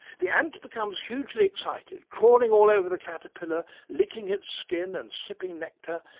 the ant becomes hugely excited, crawling all over the caterpillar, licking its skin and sipping nectar,